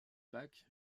pack